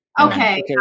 okay